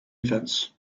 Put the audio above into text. events